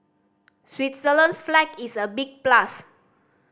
Switzerland's flag is a big plus